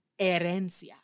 herencia